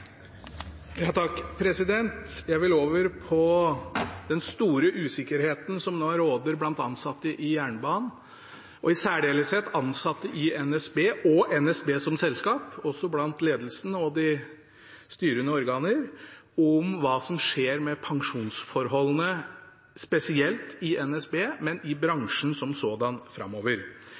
Jeg vil over på den store usikkerheten som nå råder blant ansatte i jernbanen – i særdeleshet ansatte i NSB og i NSB som selskap, men også blant ledelsen og de styrende organer – om hva som skjer med pensjonsforholdene framover, spesielt i NSB, men i bransjen som sådan.